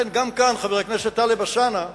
לכן גם כאן, חבר הכנסת טלב אלסאנע,